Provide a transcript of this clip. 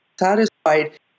satisfied